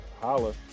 Holla